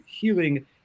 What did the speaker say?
Healing